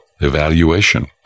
evaluation